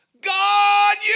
God